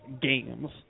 games